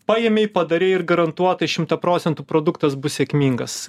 paėmei padarei ir garantuotai šimta procentų produktas bus sėkmingas